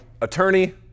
attorney